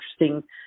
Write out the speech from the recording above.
interesting